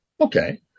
okay